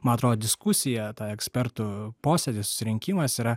man atrodo diskusija ekspertų posėdis susirinkimas yra